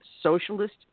socialist